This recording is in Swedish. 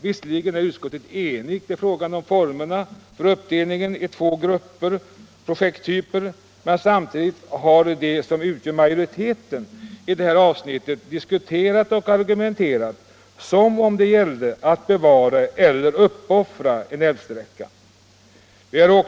Visserligen är utskottet enigt i fråga om formerna för uppdelningen på två grupper projekttyper, men samtidigt har de som utgör majoritet i det här avsnittet diskuterat och argumenterat som om det gällde att ”bevara” eller ”uppoffra” en älvsträcka.